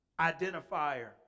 identifier